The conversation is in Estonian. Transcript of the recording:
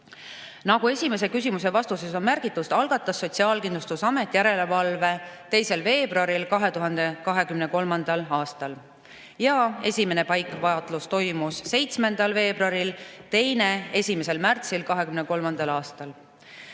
Nagu esimese küsimuse vastuses märgitud, algatas Sotsiaalkindlustusamet järelevalve 2. veebruaril 2023 ja esimene paikvaatlus toimus 7. veebruaril, teine 1. märtsil 2023.